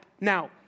Now